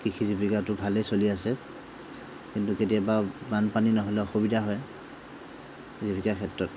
কৃষি জীৱিকাটো ভালেই চলি আছে কিন্তু কেতিয়াবা বানপানী নহ'লে অসুবিধা হয় জীৱিকাৰ ক্ষেত্ৰত